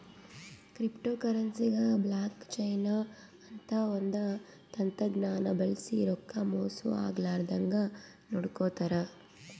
ಕ್ರಿಪ್ಟೋಕರೆನ್ಸಿಗ್ block chain ಅಂತ್ ಒಂದ್ ತಂತಜ್ಞಾನ್ ಬಳ್ಸಿ ರೊಕ್ಕಾ ಮೋಸ್ ಆಗ್ಲರದಂಗ್ ನೋಡ್ಕೋತಾರ್